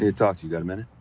ah talk to you. gotta minute?